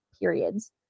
periods